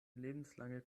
lebenslange